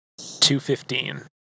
215